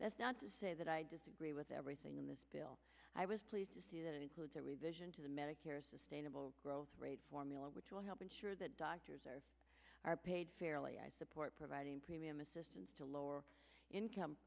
that's not to say that i disagree with everything in this bill i was pleased to see that it includes a revision to the medicare sustainable growth rate formula which will help ensure that doctors are are paid fairly i support providing premium assistance to lower